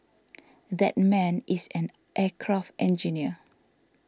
that man is an aircraft engineer